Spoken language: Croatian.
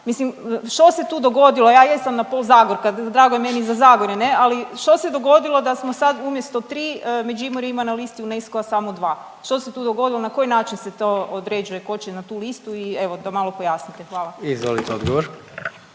Mislim što se tu dogodilo, ja jesam na pol Zagorka, drago je meni za Zagorje ne, ali što se dogodilo da smo sad umjesto tri Međimurje ima na listi UNESCO-a samo dva. Što se tu dogodilo na koji način se to određuje tko će na tu listu i evo to malo pojasnite. Hvala. **Jandroković,